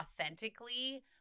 authentically